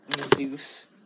Zeus